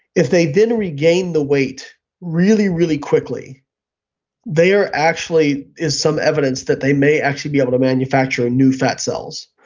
if they didn't regain the weight really, really quickly they actually is some evidence that they may actually be able to manufacture new fat cells.